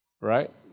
right